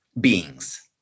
beings